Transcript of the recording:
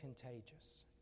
contagious